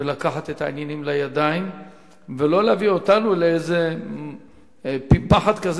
ולקחת את העניינים לידיים ולא להביא אותנו לעברי פי פחת,